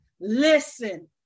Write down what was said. listen